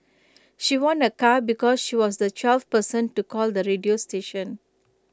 she won A car because she was the twelfth person to call the radio station